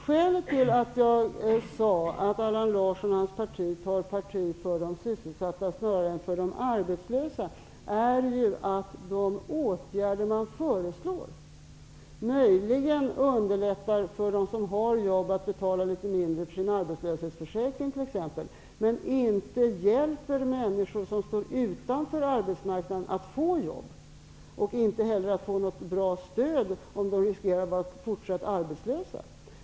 Skälet till att jag sade att Allan Larsson och hans parti tar parti för de sysselsatta snarare än för de arbetslösa är att de åtgärder Socialdemokraterna föreslår möjligen skulle kunna underlätta för de som har jobb att betala litet mindre för sin arbetslöshetsförsäkring. Åtgärderna hjälper dock inte de människor som står utanför arbetsmarknaden att få jobb. De hjälper heller inte dessa människor att få ett bra stöd om de riskerar att vara fortsatt arbetslösa.